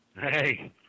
Hey